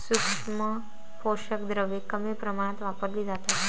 सूक्ष्म पोषक द्रव्ये कमी प्रमाणात वापरली जातात